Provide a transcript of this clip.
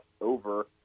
over